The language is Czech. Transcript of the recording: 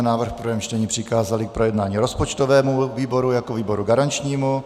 Návrh jsme v prvém čtení přikázali k projednání rozpočtovému výboru jako výboru garančnímu.